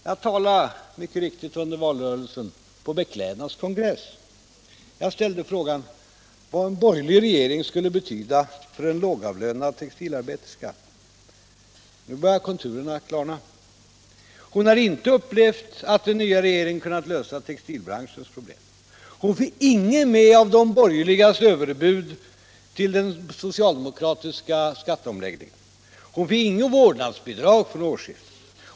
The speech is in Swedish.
Jag talade mycket riktigt under valrörelsen på Beklädnads kongress. Jag ställde frågan vad en borgerlig regering skulle betyda för en lågavlönad textilarbeterska. Nu börjar konturerna klarna. Hon har inte upplevt att den nya regeringen kunnat lösa textilbranschens problem, hon fick ingenting med av de borgerligas överbud till den socialdemokratiska skatteomläggningen, hon fick inget vårdnadsbidrag från årsskiftet.